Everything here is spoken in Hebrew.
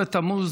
ו' בתמוז